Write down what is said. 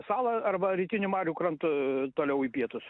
salą arba rytinį marių krantu toliau į pietus